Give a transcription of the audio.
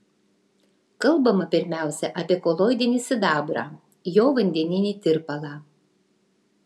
kalbama pirmiausia apie koloidinį sidabrą jo vandeninį tirpalą